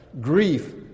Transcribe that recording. grief